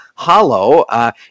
hollow